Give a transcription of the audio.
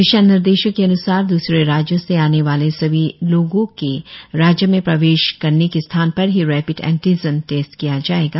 दिशानिर्देशों के अन्सार द्रसरे राज्यों से आने वाले सभी लोगों के राज्य में प्रवेश करने के स्थान पर ही रैपिड एंटीजन टेस्ट किया जाएगा